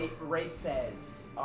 Races